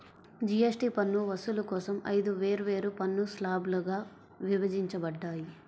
GST పన్ను వసూలు కోసం ఐదు వేర్వేరు పన్ను స్లాబ్లుగా విభజించబడ్డాయి